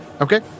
Okay